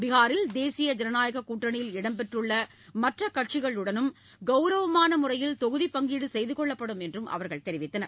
பீகாரில் தேசிய ஜனநாயக கூட்டணியில் இடம்பெற்றுள்ள மற்ற கட்சிகளுடனும் கௌரவமான முறையில் தொகுதிப் பங்கீடு செய்து கொள்ளப்படும் என்றும் அவர்கள் தெரிவித்தனர்